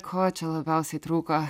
ko čia labiausiai trūko